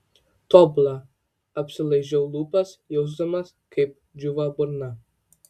tobula apsilaižau lūpas jausdamas kaip džiūva burna